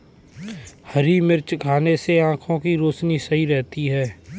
हरी मिर्च खाने से आँखों की रोशनी सही रहती है